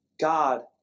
God